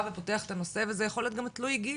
ופותח את הנושא וזה יכול להיות גם תלוי גיל.